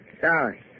Sorry